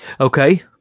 Okay